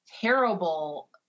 terrible